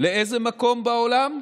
לאיזה מקום בעולם?